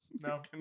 No